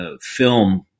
film